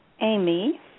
Amy